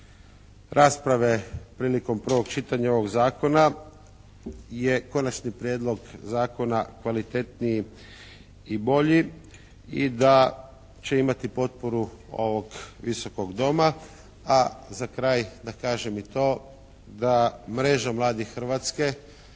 rasprave prilikom prvog čitanja ovog Zakona je Konačni prijedlog zakona kvalitetniji i bolji i da će imati potporu ovog Visokog doma, a za kraj da kažem i to da mreža mladih Hrvatske,